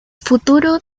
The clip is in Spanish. futuro